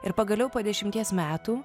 ir pagaliau po dešimties metų